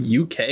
UK